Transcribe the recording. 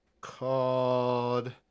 called